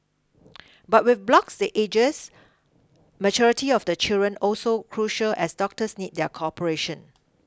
but with blocks the ages maturity of the children also crucial as doctors need their cooperation